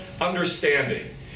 understanding